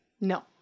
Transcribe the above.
No